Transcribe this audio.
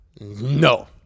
No